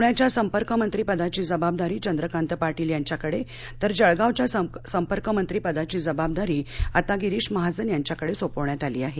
पूण्याच्या संपर्कमंत्रीपदाची जबाबदारी चंद्रकांत पाटील यांच्याकडे तर जळगावच्या संपर्कमंत्री पदाची जबाबदारी आता गिरीश महाजन यांच्याकडे सोपवण्यात आली आहे